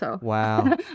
Wow